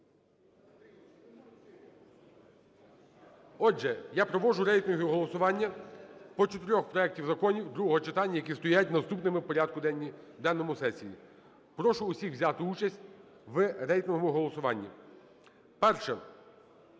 Отже, я проводжу рейтингове голосування по чотирьох проектах законів другого читання, які стоять наступними в порядку денному сесії. Прошу всіх взяти участь в рейтинговому голосуванні. Перше.